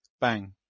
bang